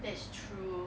that's true